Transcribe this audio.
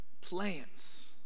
plants